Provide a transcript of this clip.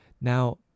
Now